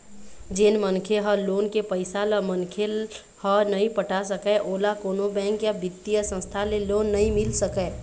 जेन मनखे ह लोन के पइसा ल मनखे ह नइ पटा सकय ओला कोनो बेंक या बित्तीय संस्था ले लोन नइ मिल सकय